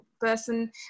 person